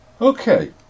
Okay